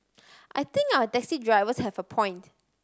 I think our taxi drivers have a point